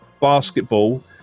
basketball